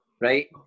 right